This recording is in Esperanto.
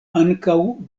ankaŭ